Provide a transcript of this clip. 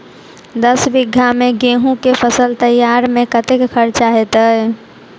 दस बीघा मे गेंहूँ केँ फसल तैयार मे कतेक खर्चा हेतइ?